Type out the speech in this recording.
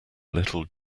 little